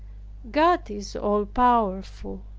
god is all-powerful.